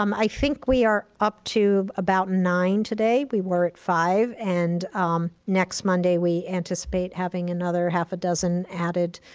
um i think we are up to about nine today. we were at five, and next monday, we anticipate having another half a dozen added,